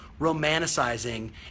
romanticizing